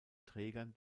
trägern